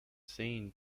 seen